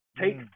Take